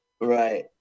Right